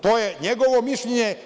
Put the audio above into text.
To je njegovo mišljenje.